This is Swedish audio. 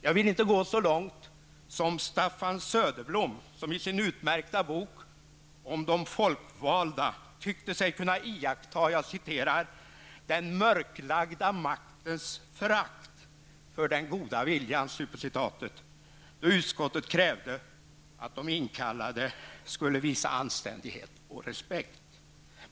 Jag vill inte gå så långt som Staffan Söderblom, som i sin utmärkta bok om de folkvalda tyckte sig kunna iaktta ''den mörklagda maktens förakt för den goda viljan'' då utskottet krävde att de inkallade skulle visa anständighet och respekt.